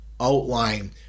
outline